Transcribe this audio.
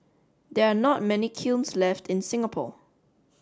there are not many kilns left in Singapore